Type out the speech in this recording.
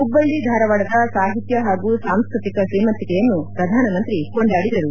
ಹುಬ್ಬಳ್ಳಿ ಧಾರವಾಡದ ಸಾಹಿತ್ಯ ಹಾಗೂ ಸಾಂಸ್ಟತಿಕ ಶ್ರೀಮಂತಿಕೆಯನ್ನು ಪ್ರಧಾನಮಂತ್ರಿ ಕೊಂಡಾಡಿದರು